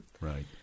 Right